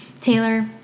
Taylor